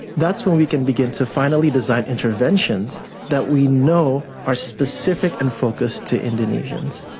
that's when we can begin to finally design interventions that we know are specific and focused to indonesians.